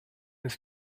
ist